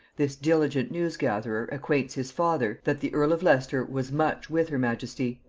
this diligent news-gatherer acquaints his father, that the earl of leicester was much with her majesty,